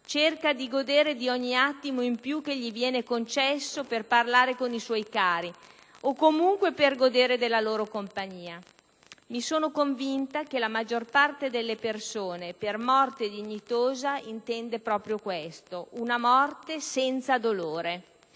cerca di godere di ogni attimo in più che gli viene concesso per parlare con i suoi cari, o comunque per godere della loro compagnia. Mi sono convinta che la maggior parte delle persone, per morte dignitosa, intende proprio questo, una morte senza dolore.